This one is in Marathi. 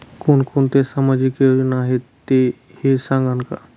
कोणकोणत्या सामाजिक योजना आहेत हे सांगाल का?